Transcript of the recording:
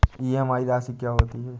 EMI राशि क्या है?